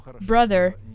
brother